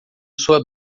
sua